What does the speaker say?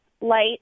light